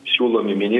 siūlomi vieni